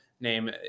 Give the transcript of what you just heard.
name